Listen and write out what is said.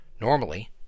Normally